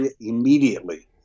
immediately